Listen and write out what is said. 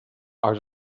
are